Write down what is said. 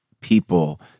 people